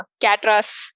catras